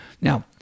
now